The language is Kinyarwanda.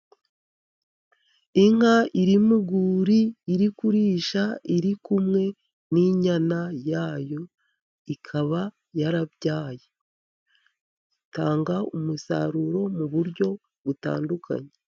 Inka iri mu reuri iri kurisha iri kumwe n'inyana yayo, ikaba yarabyaye itanga umusaruro mu buryo butandukanye.